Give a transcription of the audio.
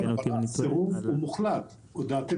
יש לכם